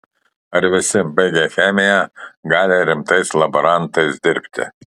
ar visi baigę chemiją gali rimtais laborantais dirbti